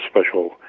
special